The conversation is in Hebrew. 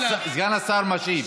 סגן השר משיב.